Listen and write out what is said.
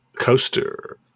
Coaster